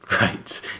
Right